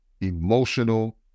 emotional